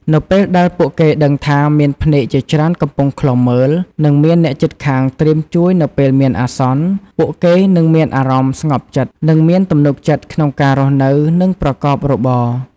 នៅពេលដែលពួកគេដឹងថា មានភ្នែកជាច្រើនកំពុងឃ្លាំមើល និងមានអ្នកជិតខាងត្រៀមជួយនៅពេលមានអាសន្ន ពួកគេនឹងមានអារម្មណ៍ស្ងប់ចិត្ត និងមានទំនុកចិត្តក្នុងការរស់នៅ និងប្រកបរបរ។